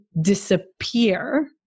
disappear